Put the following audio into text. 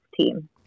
team